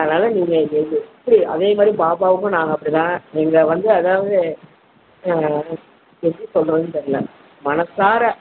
அதனால் நீங்கள் எரி அதே மாதிரி பாபாவுக்கும் நாங்கள் அப்படி தான் நீங்கள வந்து அதாவது செஞ்சு சொல்கிறதுன்னு தெரியல மனசார